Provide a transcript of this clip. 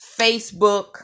Facebook